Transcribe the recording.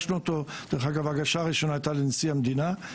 דרך אגב, ההגשה הראשונה הייתה לנשיא המדינה.